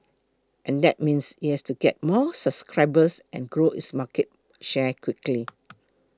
and that means it has to get more subscribers and grow its market share quickly